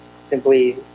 simply